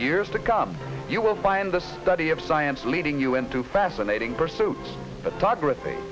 years to come you will find the study of science leading you into fascinating pursuits th